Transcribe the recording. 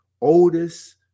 oldest